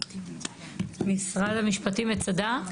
משרד המשפטים, מצדה?